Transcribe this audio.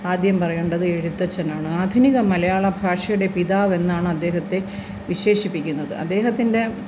ആദ്യം പറയേണ്ടത് എഴുത്തച്ഛനാണ് ആധുനിക മലയാളഭാഷയുടെ പിതാവെന്നാണ് അദ്ദേഹത്തെ വിശേഷിപ്പിക്കുന്നത് അദ്ദേഹത്തിന്റെ